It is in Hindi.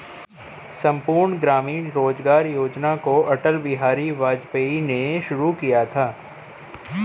संपूर्ण ग्रामीण रोजगार योजना को अटल बिहारी वाजपेयी ने शुरू किया था